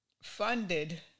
funded